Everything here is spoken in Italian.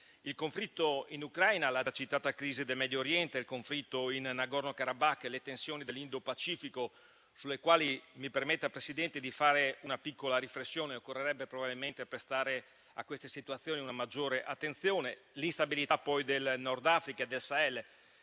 Il conflitto in Ucraina, la già citata crisi del Medio Oriente, il conflitto in Nagorno-Karabakh, le tensioni dell'Indopacifico - sulle quali mi permetta, signor Presidente, di fare una piccola riflessione: occorrerebbe probabilmente prestare a queste situazioni una maggiore attenzione - l'instabilità poi del Nord Africa e del Sahel